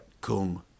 kung